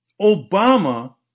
Obama